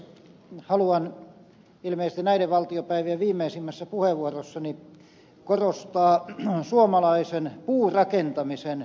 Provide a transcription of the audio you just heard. haluan ilmeisesti näiden valtiopäivien viimeisimmässä puheenvuorossani korostaa suomalaisen puurakentamisen merkitystä